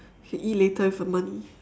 you can eat later with the money